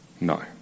No